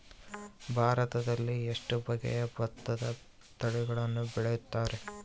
ಭಾರತದಲ್ಲಿ ಎಷ್ಟು ಬಗೆಯ ಭತ್ತದ ತಳಿಗಳನ್ನು ಬೆಳೆಯುತ್ತಾರೆ?